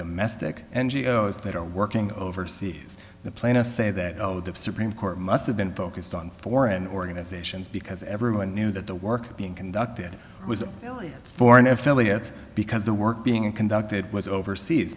domestic n g o s that are working overseas the plaintiffs say that oh the supreme court must have been focused on foreign organizations because everyone knew that the work being conducted was really foreign affiliates because the work being conducted was overseas